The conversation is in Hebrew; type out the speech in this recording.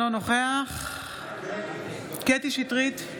אינו נוכח קטי קטרין שטרית,